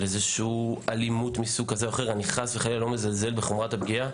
של אלימות איני מזלזל בחומרת הפגיעה